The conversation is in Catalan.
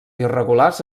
irregulars